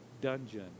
dungeon